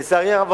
לצערי הרב,